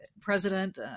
president